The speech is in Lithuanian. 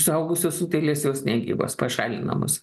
suaugusios utėlės jos negyvos pašalinamos